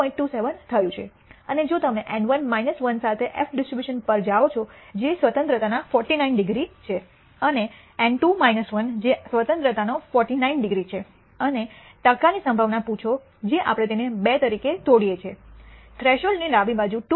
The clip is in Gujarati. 27 થયું છે અને જો તમે એન 1 1 સાથે એફ ડિસ્ટ્રીબ્યુશન પર જાઓ જે સ્વતંત્રતાના 49 ડિગ્રી છે અને એન 2 1 જે આઝાદીનો 49 ડિગ્રી છે અને ટકાની સંભાવના પૂછો જે આપણે તેને બે તરીકે તોડીએ છીએ થ્રેશોલ્ડનો ડાબી બાજુ 2